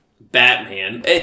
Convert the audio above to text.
Batman